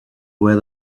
where